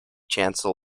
chancel